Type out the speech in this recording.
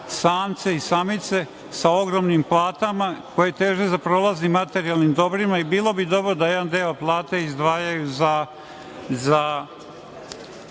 samce i samice sa ogromnim platama, koji teže za prolaznim materijalnim dobrima. Bilo bi dobro da jedan deo plate izdvajaju za